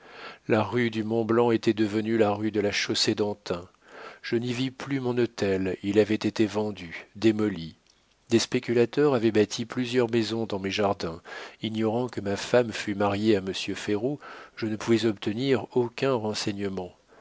la rue du mont-blanc était devenue la rue de la chaussée-d'antin je n'y vis plus mon hôtel il avait été vendu démoli des spéculateurs avaient bâti plusieurs maisons dans mes jardins ignorant que ma femme fût mariée à monsieur ferraud je ne pouvais obtenir aucun renseignement